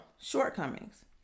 shortcomings